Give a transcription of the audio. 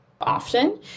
often